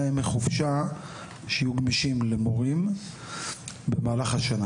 ימי חופשה שיהיו גמישים למורים במהלך השנה.